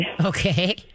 Okay